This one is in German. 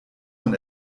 man